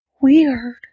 Weird